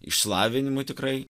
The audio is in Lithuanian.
išsilavinimu tikrai